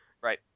Right